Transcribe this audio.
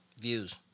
views